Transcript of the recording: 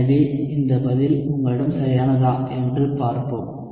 எனவே இந்த பதில் உங்களிடம் சரியானதா என்று பார்ப்போம்